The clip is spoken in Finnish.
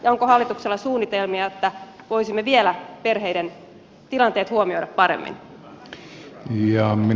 onko hallituksella suunnitelmia että voisimme vielä perheiden tilanteet huomioida paremmin